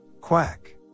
Quack